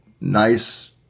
nice